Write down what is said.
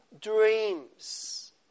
dreams